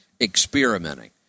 experimenting